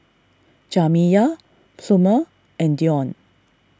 Jamiya Plummer and Deon